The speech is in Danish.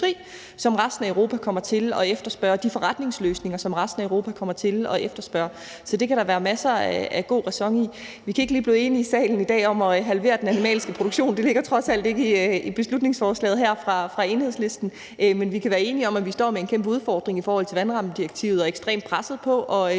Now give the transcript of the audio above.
som resten af Europa kommer til at efterspørge, og de forretningsløsninger, som resten af Europa kommer til at efterspørge. Så det kan der være masser af ræson i. Vi kan ikke lige blive enige i salen i dag om at halvere den animalske produktion. Det ligger trods alt ikke i beslutningsforslaget her fra Enhedslisten, men vi kan være enige om, at vi står med en kæmpe udfordring i forhold til vandrammedirektivet og er ekstremt presset på at